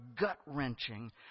gut-wrenching